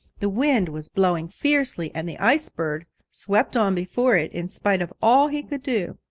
the wind was blowing fiercely and the ice bird swept on before it in spite of all he could do.